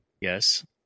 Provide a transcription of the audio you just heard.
Yes